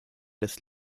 des